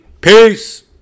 peace